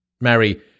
Mary